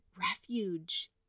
refuge